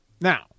Now